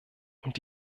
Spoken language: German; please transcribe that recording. und